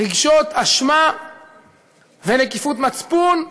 רגשות אשמה ונקיפות מצפון,